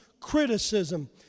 criticism